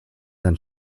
than